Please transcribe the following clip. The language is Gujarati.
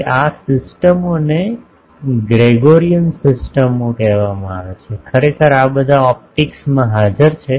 હવે આ સિસ્ટમોને ગ્રેગોરિયન સિસ્ટમો કહેવામાં આવે છે ખરેખર આ બધા ઓપ્ટિક્સમાં હાજર છે